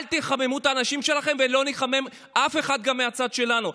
אל תחממו את האנשים שלכם ולא נחמם אף אחד גם מהצד שלנו.